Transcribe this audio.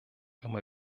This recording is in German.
immer